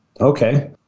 Okay